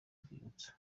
urwibutso